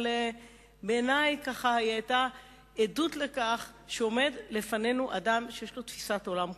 אבל בעיני היא היתה עדות לכך שעומד לפנינו אדם שיש לו תפיסת עולם כוללת.